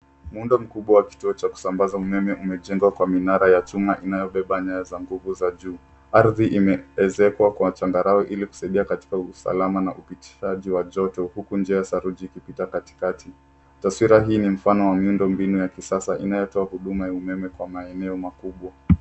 Muundo mkubwa wa kituo cha kusambaza umeme umejengwa kwa minara ya chuma inayobeba nyaya za nguvu za juu ardhi imeezekwa kwa changarawe ili kusaidia katika usalama na upitishaji wa joto huku njia ya saruji iikipita kati kati taswira hii ni mfano wa miundo mbinu ya kisasa inayotoa huduma ya umeme kwa maeneo makubwa.